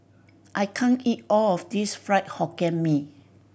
I can't eat all of this Fried Hokkien Mee